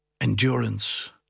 Endurance